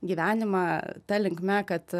gyvenimą ta linkme kad